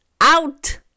out